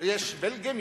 יש בלגים,